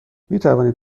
میتوانید